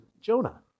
Jonah